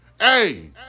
hey